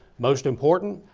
most important,